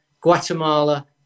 Guatemala